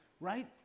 right